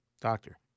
Doctor